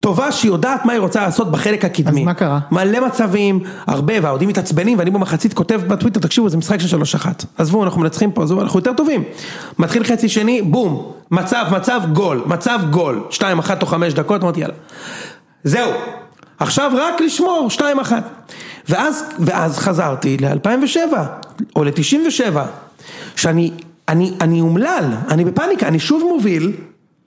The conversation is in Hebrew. טובה שיודעת מה היא רוצה לעשות בחלק הקדמי. אז מה קרה? מלא מצבים, הרבה, והאוהדים מתעצבנים, ואני במחצית כותב בטוויטר, תקשיבו, זה משחק של 3-1. עזבו, אנחנו מנצחים פה, עזבו, אנחנו יותר טובים. מתחיל חצי שני, בום. מצב, מצב, גול, מצב, גול. 2-1 תוך 5 דקות, אמרתי יאללה. זהו. עכשיו רק לשמור 2-1. ואז ואז חזרתי ל-2007. או ל-97'. שאני, אני, אני אומלל. אני בפאניקה, אני שוב מוביל.